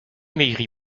maigri